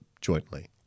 jointly